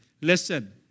Listen